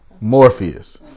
Morpheus